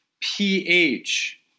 pH